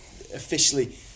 officially